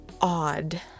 odd